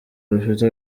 rufite